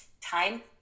time